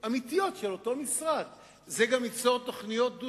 והשאלות היו ענייניות, לא פוליטיות מתגרות,